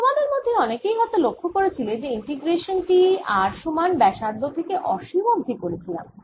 তোমাদের মধ্যে অনেকেই হয়ত লক্ষ্য করেছিলে যে ইন্টিগ্রেশান টি r সমান ব্যসার্ধ থেকে অসীম অবধি করছিলাম